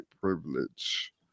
privilege